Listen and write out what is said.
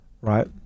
right